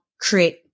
create